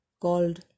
called